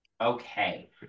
Okay